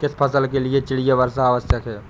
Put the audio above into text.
किस फसल के लिए चिड़िया वर्षा आवश्यक है?